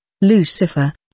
Lucifer